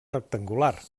rectangular